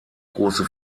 große